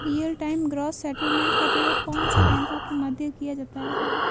Real time gross settlement का प्रयोग कौन से बैंकों के मध्य किया जाता है?